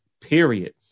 period